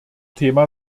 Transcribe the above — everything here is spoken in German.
thema